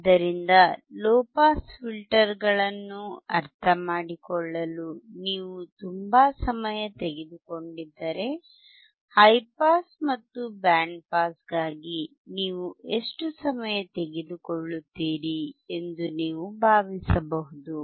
ಆದ್ದರಿಂದ low pass ಫಿಲ್ಟರ್ಗಳನ್ನು ಅರ್ಥಮಾಡಿಕೊಳ್ಳಲು ನೀವು ತುಂಬಾ ಸಮಯ ತೆಗೆದುಕೊಂಡಿದ್ದರೆ ಹೈ ಪಾಸ್ ಮತ್ತು ಬ್ಯಾಂಡ್ ಪಾಸ್ಗಾಗಿ ನೀವು ಎಷ್ಟು ಸಮಯ ತೆಗೆದುಕೊಳ್ಳುತ್ತೀರಿ ಎಂದು ನೀವು ಭಾವಿಸಬಹುದು